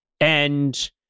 And-